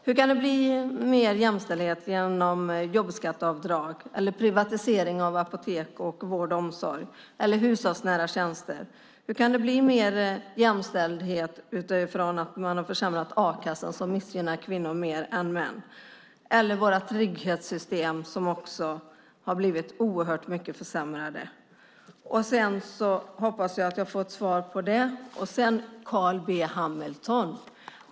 Hur kan det bli ökad jämställdhet genom jobbskatteavdrag, privatisering av apotek, vård och omsorg eller hushållsnära tjänster? Hur kan det bli ökad jämställdhet genom att man försämrat a-kassan, vilket missgynnar kvinnor mer än män? Detsamma gäller våra trygghetssystem, som också blivit starkt försämrade. Jag hoppas få svar på dessa frågor. Så till Carl B Hamilton.